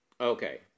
Okay